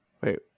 Wait